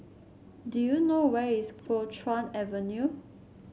do you know where is Kuo Chuan Avenue